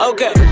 Okay